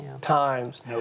times